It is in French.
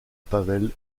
pavel